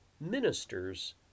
ministers